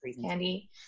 candy